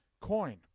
coin